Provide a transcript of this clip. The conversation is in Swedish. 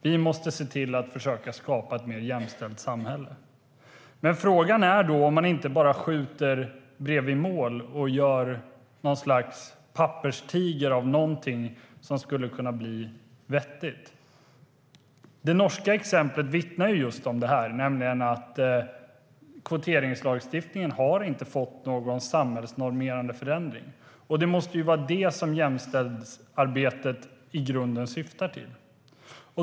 Vi måste se till att försöka skapa ett mer jämställt samhälle. Men frågan är om man inte bara skjuter bredvid mål och gör något slags papperstiger av något som skulle kunna bli vettigt. Det norska exemplet vittnar just om detta. Kvoteringslagstiftningen har inte inneburit någon samhällsnormerande förändring. Men det måste vara det som jämställdhetsarbetet i grunden syftar till.